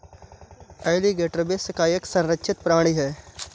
alligator विश्व का एक संरक्षित प्राणी है